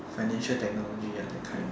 financial technology ya that kind